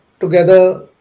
Together